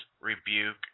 rebuke